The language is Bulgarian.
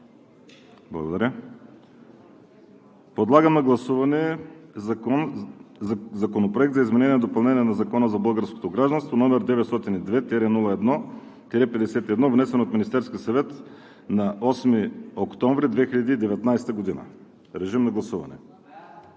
е прието. Подлагам на гласуване Законопроект за изменение и допълнение на Закона за българското гражданство, № 902-01-51, внесен от Министерския съвет на 8 октомври 2019 г. Гласували